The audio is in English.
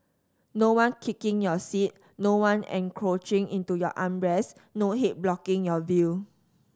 no one kicking your seat no one encroaching into your arm rest no head blocking your view